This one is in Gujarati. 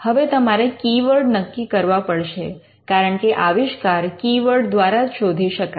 હવે તમારે કી વર્ડ નક્કી કરવા પડશે કારણકે આવિષ્કાર કી વર્ડ દ્વારા જ શોધી શકાય